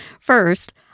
first